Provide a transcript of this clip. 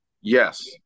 yes